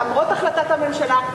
למרות החלטת הממשלה.